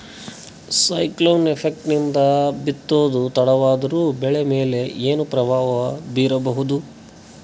Cyclone effect ನಿಂದ ಬಿತ್ತೋದು ತಡವಾದರೂ ಬೆಳಿ ಮೇಲೆ ಏನು ಪ್ರಭಾವ ಬೀರಬಹುದು?